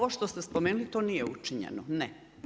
Ovo što ste spomenuli to nije učinjeno, ne.